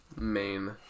main –